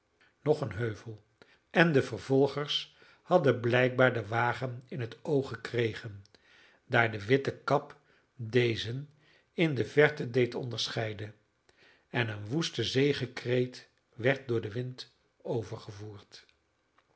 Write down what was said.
nog een heuvel en de vervolgers hadden blijkbaar den wagen in het oog gekregen daar de witte kap dezen in de verte deed onderscheiden en een woeste zegekreet werd door den wind overgevoerd